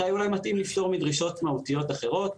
מתי אולי לפטור מדרישות מהותיות אחרות.